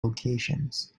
locations